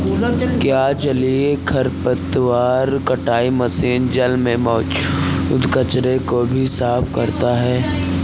क्या जलीय खरपतवार कटाई मशीन जल में मौजूद कचरे को भी साफ करता है?